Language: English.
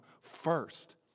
first